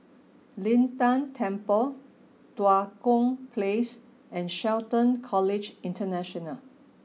Lin Tan Temple Tua Kong Place and Shelton College International